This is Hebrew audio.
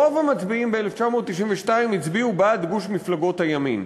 רוב המצביעים ב-1992 הצביעו בעד גוש מפלגות הימין,